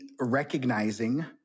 recognizing